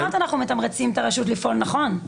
אבל גם לגבי ההגנות אנחנו מתמרצים את הרשות לפעול נכון.